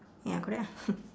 ya correct ah